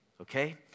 Okay